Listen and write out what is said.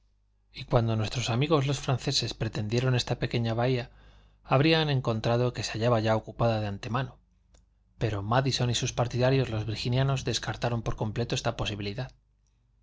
y cuando nuestros amigos los franceses pretendieron esta pequeña bahía habrían encontrado que se hallaba ya ocupada de antemano pero mádison y sus partidarios los virginianos descartaron por completo esta posibilidad